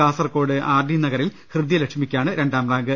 Kasaragod RD നഗറിൽ ഹൃദ്യ ലക്ഷ്മിക്കാണ് രണ്ടാം റാങ്ക്